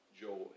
joy